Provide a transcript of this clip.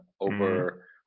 over